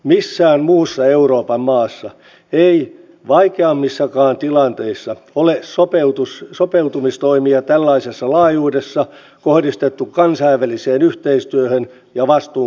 missään muussa euroopan maassa ei vaikeammissakaan tilanteissa ole sopeutumistoimia tällaisessa laajuudessa kohdistettu kansainväliseen yhteistyöhön ja vastuunkantoon